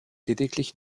lediglich